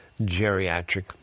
geriatric